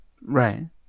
Right